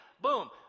Boom